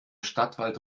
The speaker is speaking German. stadtwald